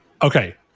Okay